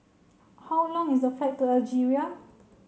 how long is the flight to Algeria